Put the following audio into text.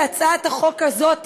בהצעת החוק הזאת,